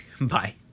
Bye